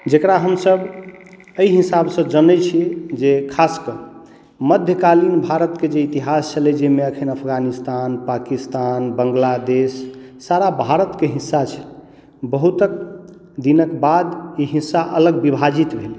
जेकरा हमसब एहि हिसाब सॅं जनै छी जे खास कऽ मध्य कालीन भारत के जे इतिहास छलै जाहिमे अखन अफगानिस्तान पाकिस्तान बांग्लादेश सारा भारत के हिस्सा छै बहुत दिनक बाद ई हिस्सा अलग विभाजित भेलै